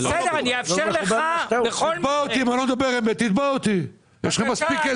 אם אני לא מדבר אמת, תתבע אותי, יש לך מספיק כסף.